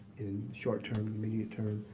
in short term, intermediate term,